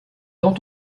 dans